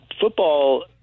football